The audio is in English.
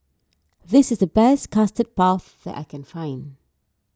this is the best Custard Puff that I can find